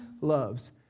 loves